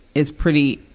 is pretty,